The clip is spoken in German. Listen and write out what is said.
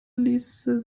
ließe